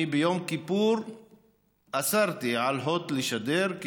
אני אסרתי על הוט לשדר ביום כיפור,